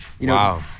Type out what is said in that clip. Wow